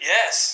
Yes